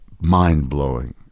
mind-blowing